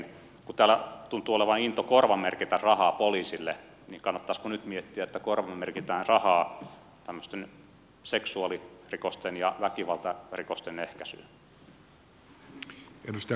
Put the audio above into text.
kun täällä tuntuu olevan intoa korvamerkitä rahaa poliisille niin kannattaisiko nyt miettiä että korvamerkitään rahaa tämmöisten seksuaalirikosten ja väkivaltarikosten ehkäisyyn